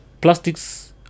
plastics